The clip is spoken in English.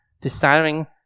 desiring